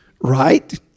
right